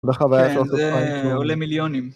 כןֿ, זה עולה מיליונים.